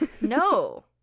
No